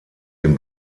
den